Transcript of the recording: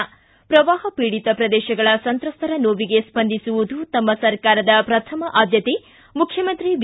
ಿ ಪ್ರವಾಹ ಪೀಡಿತ ಪ್ರದೇಶಗಳ ಸಂತ್ರಸ್ತರ ನೋವಿಗೆ ಸ್ವಂದಿಸುವುದು ತಮ್ಮ ಸರ್ಕಾರದ ಪ್ರಥಮ ಆದ್ದತೆ ಮುಖ್ಯಮಂತ್ರಿ ಬಿ